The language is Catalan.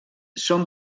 són